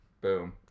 boom